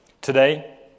Today